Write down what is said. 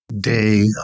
day